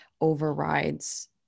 overrides